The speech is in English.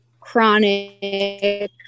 chronic